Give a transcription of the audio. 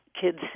kids